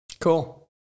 Cool